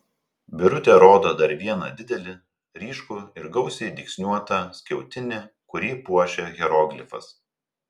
birutė rodo dar vieną didelį ryškų ir gausiai dygsniuotą skiautinį kurį puošia hieroglifas